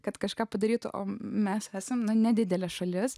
kad kažką padarytų o mes esame nedidelė šalis